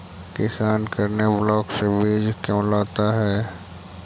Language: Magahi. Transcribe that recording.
किसान करने ब्लाक से बीज क्यों लाता है?